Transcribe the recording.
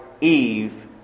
Eve